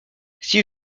six